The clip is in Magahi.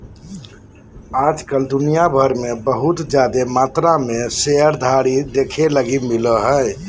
आज कल दुनिया भर मे बहुत जादे मात्रा मे शेयरधारी देखे लगी मिलो हय